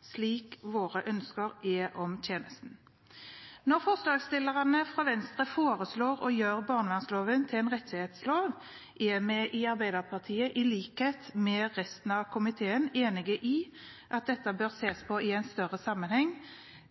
slik våre ønsker er for tjenesten. Når forslagsstillerne fra Venstre foreslår å gjøre barnevernloven til en rettighetslov, er vi i Arbeiderpartiet – i likhet med resten av komiteen – enig i at dette bør ses på i en større sammenheng.